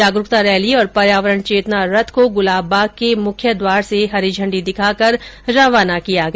जागरूकता रैली और पर्यावरण चेतना रथ को गुलाब बाग के मुख्य द्वार से हरी झंडी दिखाकर रवाना किया गया